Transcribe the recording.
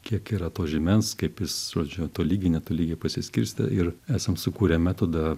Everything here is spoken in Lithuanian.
kiek yra to žymens kaip jis žodžiu tolygiai netolygiai pasiskirstę ir esam sukūrę metodą